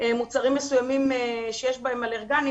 לבית הספר מוצרים מסומים שיש בהם אלרגנים,